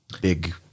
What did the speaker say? big